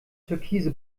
türkise